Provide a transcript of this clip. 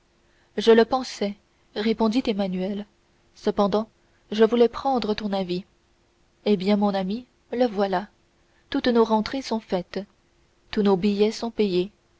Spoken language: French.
je le pensais répondit emmanuel cependant je voulais prendre ton avis eh bien mon ami le voilà toutes nos rentrées sont faites tous nos billets sont payés